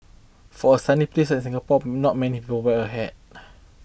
for a sunny place like Singapore not many people wear a hat